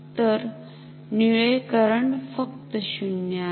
तर निळे करंट फक्त 0 आहे